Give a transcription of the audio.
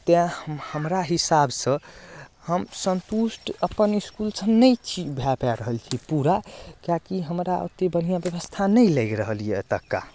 तेैं हमरा हिसाबसँ हम सन्तुष्ट अपन इसकुलसँ नहि छी भऽ पाबि रहल छी पूरा किएक कि हमरा ओते बढ़िआँ व्यवस्था नहि लागि रहल यऽ एतुका